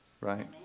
right